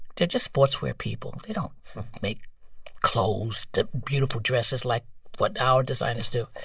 they're just sportswear people. they don't make clothes, the beautiful dresses like what our designers do.